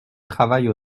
travaillent